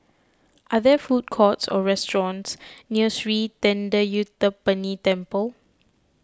are there food courts or restaurants near Sri thendayuthapani Temple